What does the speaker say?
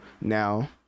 now